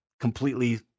completely